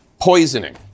poisoning